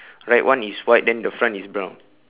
right one is white then the front is brown